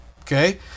Okay